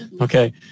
Okay